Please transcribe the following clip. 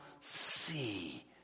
see